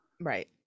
Right